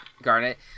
garnet